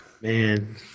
Man